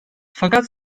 fakat